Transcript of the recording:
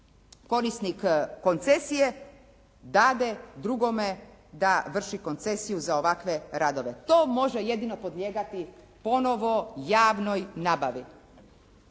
korisnik koncesije dade drugome da vrši koncesiju za ovakve radove. To može jedino podlijegati ponovo javnoj nabavi.